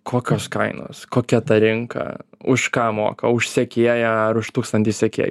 kokios kainos kokia ta rinka už ką moka už sekėją ar už tūkstantį sekėjų